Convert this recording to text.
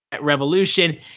Revolution